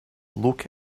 look